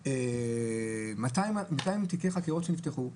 מתוך 200 תיקי חקירה שנפתחו,